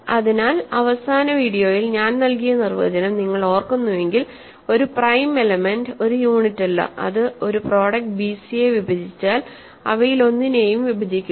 അതിനാൽ അവസാന വീഡിയോയിൽ ഞാൻ നൽകിയ നിർവചനം നിങ്ങൾ ഓർക്കുന്നുവെങ്കിൽ ഒരു പ്രൈം എലമെന്റ് ഒരു യൂണിറ്റല്ല അത് ഒരു പ്രോഡക്റ്റ് ബിസിയെ വിഭജിച്ചാൽ അവയിലൊന്നിനെയും വിഭജിക്കുന്നു